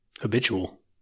habitual